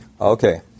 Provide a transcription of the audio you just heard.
okay